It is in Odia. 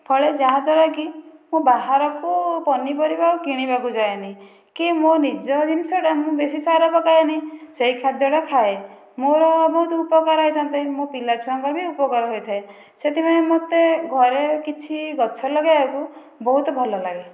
ଫଳେ ଯାହାଦ୍ୱାରା କି ମୁଁ ବାହାରକୁ ପନିପରିବା ଆଉ କିଣିବାକୁ ଯାଏନି କି ମୋ ନିଜ ଜିନିଷଟା ମୁଁ ବେଶି ସାର ପକାଏନି ସେହି ଖାଦ୍ୟଟା ଖାଏ ମୋର ବହୁତ ଉପକାର ହୋଇଥାଏ ମୋ ପିଲା ଛୁଆଙ୍କ ବି ଉପକାର ହୋଇଥାଏ ସେଥିପାଇଁ ମୋତେ ଘରେ କିଛି ଗଛ ଲଗେଇବାକୁ ବହୁତ ଭଲ ଲାଗେ